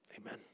Amen